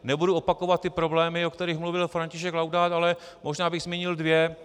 Nebudu opakovat ty problémy, o kterých mluvil František Laudát, ale možná bych zmínil dva.